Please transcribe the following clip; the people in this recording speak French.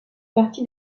partie